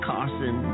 Carson